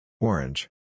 Orange